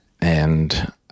And-